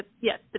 yes